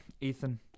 Ethan